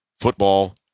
football